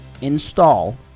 install